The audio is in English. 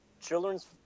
children's